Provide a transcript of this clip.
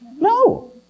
No